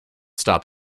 stop